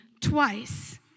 twice